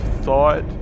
thought